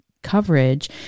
coverage